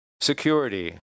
security